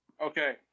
Okay